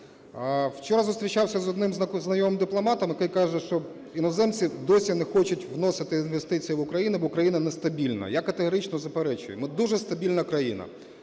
Вчора зустрічався з одним знайомим дипломатом, і той каже, що іноземці досі не хочуть вносити інвестиції в Україну, бо Україна нестабільна. Я категорично заперечую, ми – дуже стабільна країна.